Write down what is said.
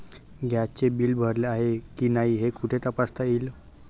गॅसचे बिल भरले आहे की नाही हे कुठे तपासता येईल?